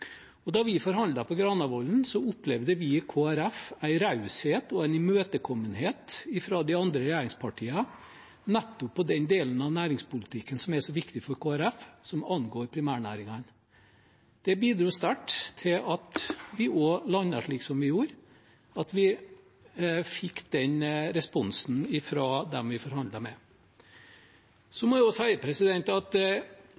periode. Da vi forhandlet på Granavollen, opplevde vi i Kristelig Folkeparti en raushet og en imøtekommenhet fra de andre regjeringspartiene nettopp for den delen av næringspolitikken som er så viktig for Kristelig Folkeparti, som angår primærnæringene. Det at vi fikk den responsen fra dem vi forhandlet med, bidro sterkt til at vi landet slik som vi gjorde. Så må jeg også si at